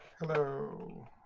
Hello